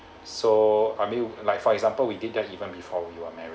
so I mean like for example we did that even before we were married